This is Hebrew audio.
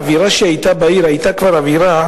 האווירה שהיתה בעיר היתה כבר אווירה